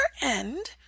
end